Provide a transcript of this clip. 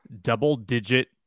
double-digit